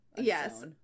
Yes